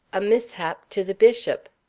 a mishap to the bishop.